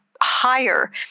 higher